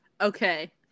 Okay